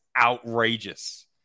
outrageous